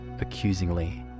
accusingly